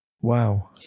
Wow